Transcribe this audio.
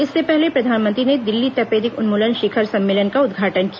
इससे पहले प्रधानमंत्री ने दिल्ली तपेदिक उन्मूलन शिखर सम्मेलन का उदघाटन किया